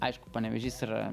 aišku panevėžys yra